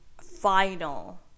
final